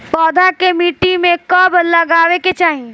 पौधा के मिट्टी में कब लगावे के चाहि?